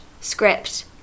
script